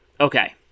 okay